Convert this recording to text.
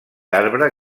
arbre